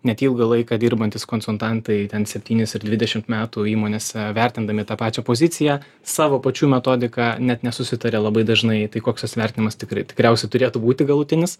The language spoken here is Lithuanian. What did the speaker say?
net ilgą laiką dirbantys konsultantai ten septynis ar dvidešimt metų įmonėse vertindami tą pačią poziciją savo pačių metodiką net nesusitarė labai dažnai tai koks tas vertinimas tikrai tikriausiai turėtų būti galutinis